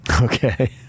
Okay